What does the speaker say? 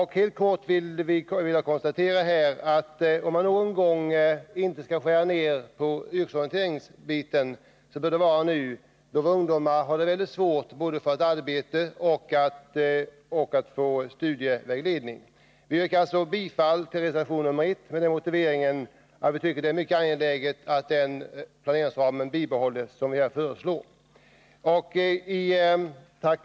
Helt kort kan jag här konstatera att om det är någon gång som man inte skall skära ned på yrkesorienterarsidan så är det nu, då ungdomar har det mycket svårt att få arbete och studievägledning. Jag yrkar bifall till reservationen 1 med den motiveringen att det är angeläget att planeringsramen fastställs i enlighet med vad vi har föreslagit.